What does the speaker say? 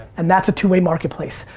and that's a two-way marketplace.